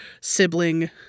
sibling